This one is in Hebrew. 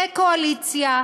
כקואליציה,